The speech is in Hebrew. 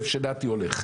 זה מה שקורה.